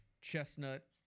Chestnut